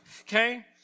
okay